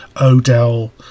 Odell